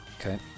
Okay